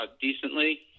decently